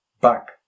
back